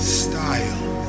style